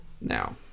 Now